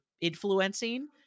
influencing